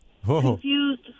Confused